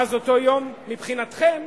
מאז אותו יום, מבחינתכם,